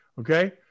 Okay